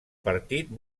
partit